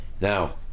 now